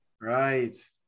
Right